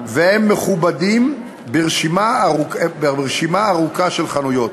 ומכובדים ברשימה ארוכה של חנויות.